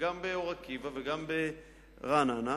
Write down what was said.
גם באור-עקיבא וגם ברעננה.